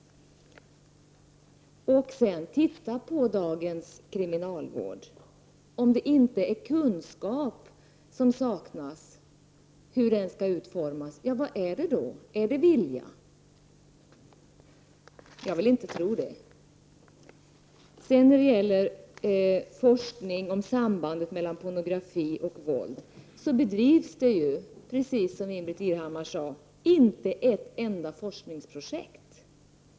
Titta på dagens kriminalvård! Om det inte är kunskap om hur den skall utformas som saknas, vad är det då? Är det vilja? Jag vill inte tro det. När det gäller forskning om sambandet mellan pornografi och våld förhåller det sig så — precis som Ingbritt Irhammar sade — att det inte bedrivs ett enda projekt.